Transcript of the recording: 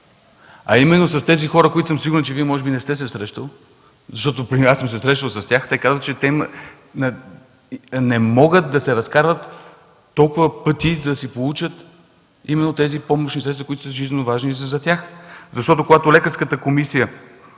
А именно тези хора, с които съм сигурен, че Вие не сте се срещали, защото аз съм се срещал с тях, казват, че не могат да се разкарват толкова пъти, за да си получат тези помощни средства, които са жизнено важни за тях. Когато лекарската комисия